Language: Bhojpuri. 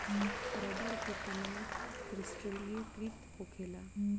रबड़ के तनाव क्रिस्टलीकृत होखेला